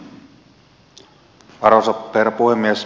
arvoisa herra puhemies